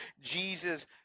Jesus